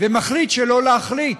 ומחליט שלא להחליט,